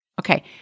Okay